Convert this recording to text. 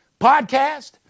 podcast